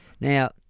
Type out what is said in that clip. Now